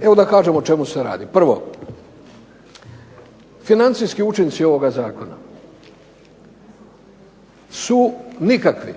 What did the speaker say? Evo, da kažem o čemu se radi. Prvo, financijski učinci ovoga zakona su nikakvi.